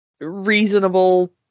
reasonable